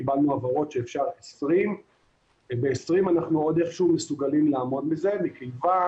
קיבלנו הבהרות שאפשר 20. ב-20 אנחנו איכשהו מסוגלים לעמוד מכיוון